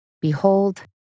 Behold